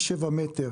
משבעה מטר